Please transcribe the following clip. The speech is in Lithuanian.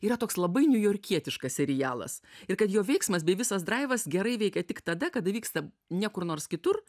yra toks labai niujorkietiškas serialas ir kad jo veiksmas bei visas draivas gerai veikia tik tada kada vyksta ne kur nors kitur